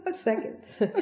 Seconds